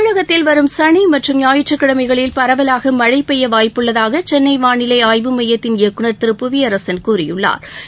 தமிழகத்தில் வரும் சனி ஞாயிற்றுக்கிழமைகளில் பரவலாகமழைபெய்யவாய்ப்புள்ளதாகசென்னைவானிலைஆய்வு மையத்தின் இயக்குநர் புவியரசன் திரு கூறியுள்ளா்